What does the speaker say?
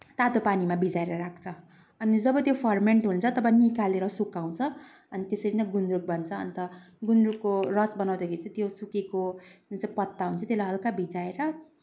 तातो पानीमा भिजाएर राख्छ अनि जब त्यो फरमेन्ट हुन्छ तब निकालेर सुकाउँछ अनि त्यसरी नै गुन्द्रुक बन्छ अन्त गुन्द्रुकको रस बनाउँदाखेरि चाहिँ त्यो सुकेको जुन चाहिँ पत्ता हुन्छ त्यसलाई हल्का भिजाएर